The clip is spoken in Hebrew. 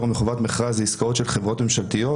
מחזור עסקאות שנתי העולה על 1.